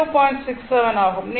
67 ஆகும்